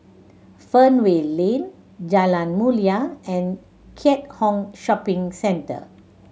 Fernvale Lane Jalan Mulia and Keat Hong Shopping Centre